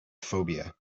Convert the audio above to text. phobia